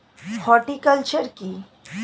Horticulture কি?